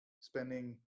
spending